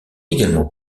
également